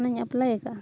ᱚᱱᱟᱧ ᱮᱯᱞᱟᱭ ᱟᱠᱟᱫᱟ